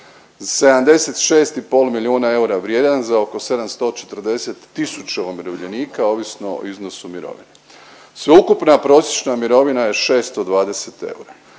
76,5 milijuna eura vrijedan za oko 740 tisuća umirovljenika, ovisno o iznosu mirovine. Sveukupna prosječna mirovina je 620 eura.